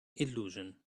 illusion